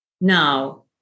Now